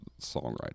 songwriting